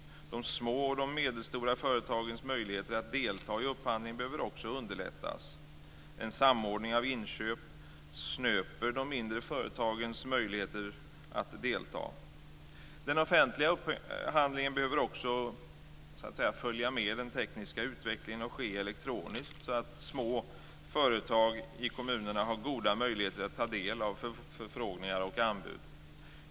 De små och medelstora företagens möjligheter att delta i upphandlingen behöver också underlättas. En samordning av inköp snöper de mindre företagens möjligheter att delta. Den offentliga upphandlingen behöver också följa med i den tekniska utvecklingen och ske elektroniskt så att små företag i kommunerna har goda möjligheter att ta del av förfrågningar och anbud.